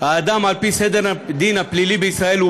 על-פי סדר הדין הפלילי בישראל אדם הוא